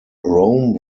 rome